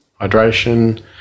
hydration